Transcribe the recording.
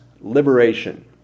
liberation